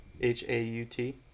H-A-U-T